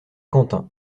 quentin